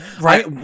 right